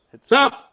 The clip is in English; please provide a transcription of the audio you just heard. Stop